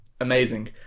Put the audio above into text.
Amazing